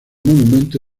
monumento